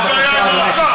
בבקשה,